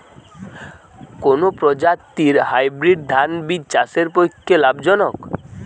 কোন প্রজাতীর হাইব্রিড ধান বীজ চাষের পক্ষে লাভজনক?